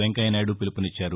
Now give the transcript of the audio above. Venkaiah Naidu పీలుపునిచ్చారు